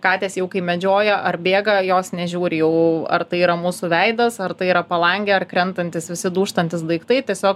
katės jau kai medžioja ar bėga jos nežiūri jau ar tai yra mūsų veidas ar tai yra palangė ar krentantys visi dūžtantys daiktai tiesiog